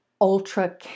ultra